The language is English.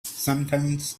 sometimes